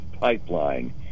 Pipeline